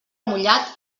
mullat